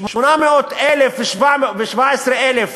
817,000